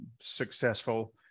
successful